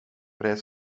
reis